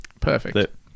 perfect